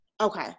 okay